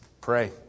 pray